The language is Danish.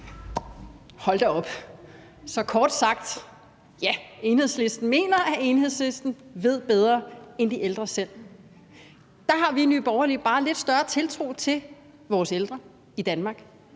Hold da op. Så kort sagt: Ja, Enhedslisten mener, at Enhedslisten ved bedre end de ældre selv. Der har vi i Nye Borgerlige bare lidt større tiltro til vores ældre i Danmark,